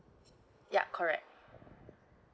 yup correct